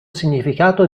significato